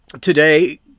today